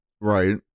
Right